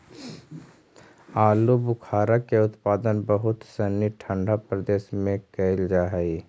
आलूबुखारा के उत्पादन बहुत सनी ठंडा प्रदेश में कैल जा हइ